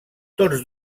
tots